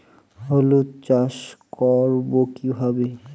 হলুদ চাষ করব কিভাবে?